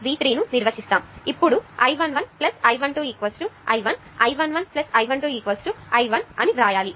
ఇప్పుడు I 11 I 12 I 1 I 1 1 I 1 2 I 1 అని వ్రాయాలి